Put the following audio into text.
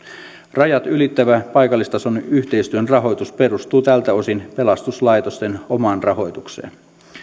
rajat ylittävä paikallistason yhteistyön rahoitus perustuu tältä osin pelastuslaitosten omaan rahoitukseen